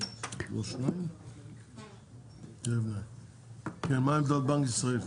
כן, מה עמדת בנק ישראל?